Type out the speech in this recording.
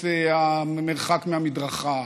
את המרחק מהמדרכה,